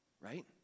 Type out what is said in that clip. right